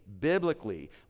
biblically